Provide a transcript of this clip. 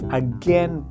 again